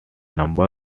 number